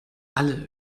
alle